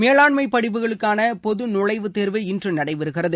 மேலாண்மை படிப்புகளுக்கான பொது நுழைவுத் தேர்வு இன்று நடைபெறுகிறது